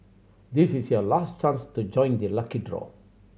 this is your last chance to join the lucky draw